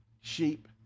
Sheep